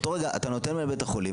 אותו דבר אתה נותן למנהל בית החולים,